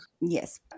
yes